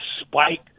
spike